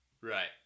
Right